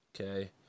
Okay